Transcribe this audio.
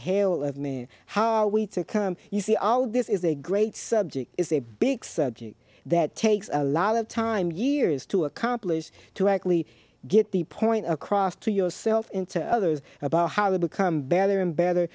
hail of mean how are we to come you see all this is a great subject is a big subject that takes a lot of time years to accomplish to actually get the point across to yourself and to others about how to become better and better